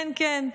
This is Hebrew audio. כן כן.